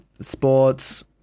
Sports